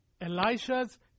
Elisha's